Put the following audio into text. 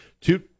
Two